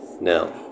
now